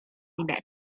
minetę